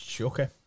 okay